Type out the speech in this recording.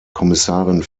kommissarin